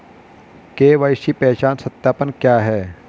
KYC पहचान सत्यापन क्या है?